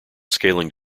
scaling